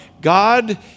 God